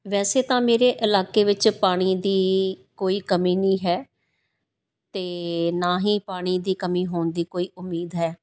ਵੈਸੇ ਤਾਂ ਮੇਰੇ ਇਲਾਕੇ ਵਿੱਚ ਪਾਣੀ ਦੀ ਕੋਈ ਕਮੀ ਨਹੀਂ ਹੈ ਅਤੇ ਨਾ ਹੀ ਪਾਣੀ ਦੀ ਕਮੀ ਹੋਣ ਦੀ ਕੋਈ ਉਮੀਦ ਹੈ